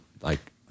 like-